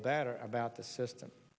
better about the system